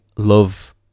love